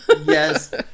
Yes